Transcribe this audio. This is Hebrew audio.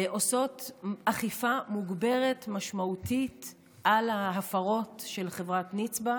עושות אכיפה מוגברת ומשמעותית על ההפרות של חברת נצבא